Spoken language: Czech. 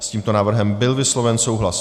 S tímto návrhem byl vysloven souhlas.